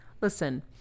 listen